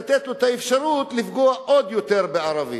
לתת לו את האפשרות לפגוע עוד יותר בערבים.